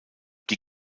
die